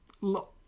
look